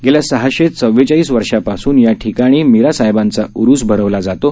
गेल्या सहाशे चव्वेचाळीस वर्षापासून या ठिकाणी मिरासाहेबांचा उरूस भरावला जातो